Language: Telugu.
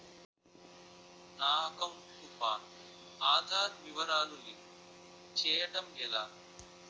నా అకౌంట్ కు పాన్, ఆధార్ వివరాలు లింక్ చేయటం ఎలా?